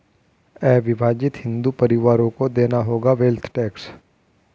अविभाजित हिंदू परिवारों को देना होगा वेल्थ टैक्स